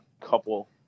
couple